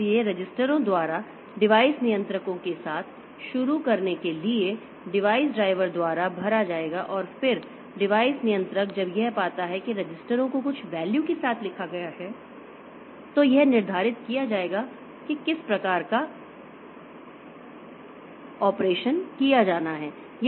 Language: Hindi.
इसलिए रजिस्टरों द्वारा डिवाइस नियंत्रकों के साथ शुरू करने के लिए डिवाइस ड्राइवर द्वारा भरा जाएगा और फिर डिवाइस नियंत्रक जब यह पाता है कि रजिस्टरों को कुछ वैल्यू के साथ लिखा गया है तो यह निर्धारित किया जाएगा कि किस प्रकार का ऑपरेशन किया जाना है